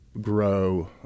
grow